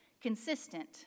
consistent